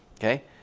Okay